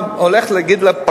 אבל למה להביא הצעת חוק